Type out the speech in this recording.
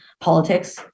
politics